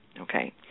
okay